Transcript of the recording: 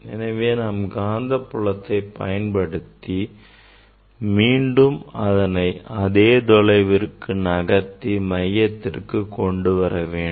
எனவே நாம் காந்தப்புலத்தை பயன்படுத்தி மீண்டும் அதனை அதே தொலைவு நகர்த்தி மையத்திற்கு கொண்டு வர வேண்டும்